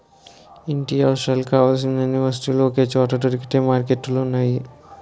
ఇంటి అవసరాలకు కావలసిన అన్ని వస్తువులు ఒకే చోట దొరికే మార్కెట్లు ఉన్నాయి